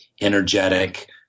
energetic